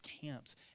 camps